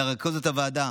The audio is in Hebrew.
לרכזיות הוועדה